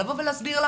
לבוא ולהסביר לה